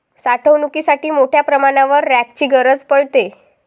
साठवणुकीसाठी मोठ्या प्रमाणावर रॅकची गरज पडते